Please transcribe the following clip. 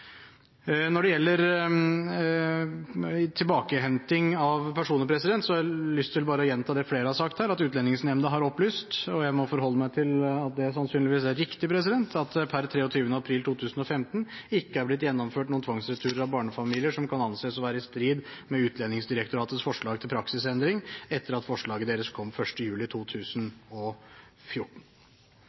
Når det gjelder tilbakehenting av personer, har jeg bare lyst til å gjenta det flere har sagt her, at Utlendingsnemnda har opplyst – og jeg må forholde meg til at det sannsynligvis er riktig – at det per 23. april 2015 ikke er blitt gjennomført noen tvangsreturer av barnefamilier som kan anses å være i strid med Utlendingsdirektoratets forslag til praksisendring etter at forslaget deres kom 1. juli 2014.